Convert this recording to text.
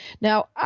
Now